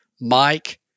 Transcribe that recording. Mike